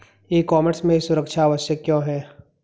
ई commerce में सुरक्षा आवश्यक क्यों है?